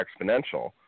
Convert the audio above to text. exponential